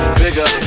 bigger